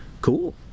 Cool